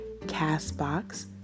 Castbox